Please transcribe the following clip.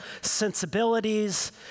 sensibilities